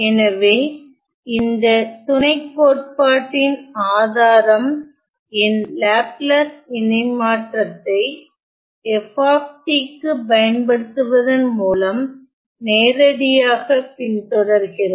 எனவே இந்த துணைக்கோட்பாட்டின் ஆதாரம் என் லாப்லாஸ் இணை மாற்றத்தை f க்குப் பயன்படுத்துவதன் மூலம் நேரடியாகப் பின்தொடர்கிறது